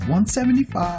175